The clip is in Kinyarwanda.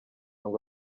ngo